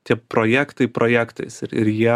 tie projektai projektais ir ir jie